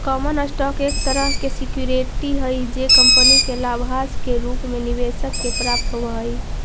common stock एक तरह के सिक्योरिटी हई जे कंपनी के लाभांश के रूप में निवेशक के प्राप्त होवऽ हइ